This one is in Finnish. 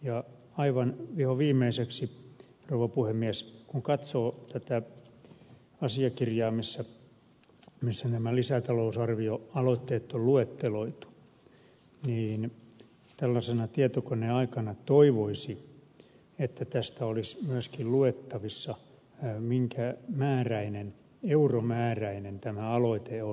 ja aivan vihoviimeiseksi rouva puhemies kun katsoo tätä asiakirjaa missä nämä lisätalousarvioaloitteet on luetteloitu niin tällaisena tietokoneaikana toivoisi että tästä olisi myöskin luettavissa minkä määräinen euromääräinen tämä aloite on